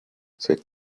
said